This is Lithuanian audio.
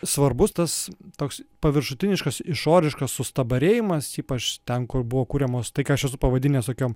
svarbus tas toks paviršutiniškas išoriškas sustabarėjimas ypač ten kur buvo kuriamos tai ką aš esu pavadinęs tokiom